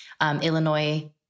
Illinois